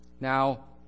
Now